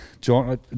John